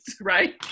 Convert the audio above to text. right